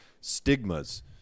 stigmas